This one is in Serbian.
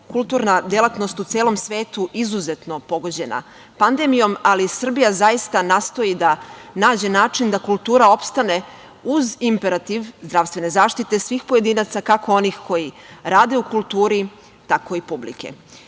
kulturna delatnost u celom svetu izuzetno pogođena pandemijom, ali Srbija zaista nastoji da nađe način da kultura opstane uz imperativ zdravstvene zaštite svih pojedinca, kako onih koji rade u kulturi, tako i